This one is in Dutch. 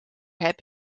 heb